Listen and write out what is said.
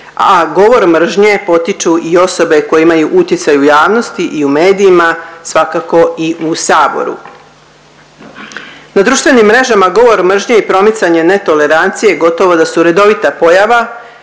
a govor mržnje potiču i osobe koje imaju utjecaj u javnosti i u medijima svakako i u saboru. Na društvenim mrežama govor mržnje i promicanje netolerancije gotovo da su redovita pojava,